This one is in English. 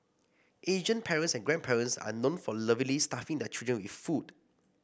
Asian parents and grandparents are known for lovingly stuffing their children with food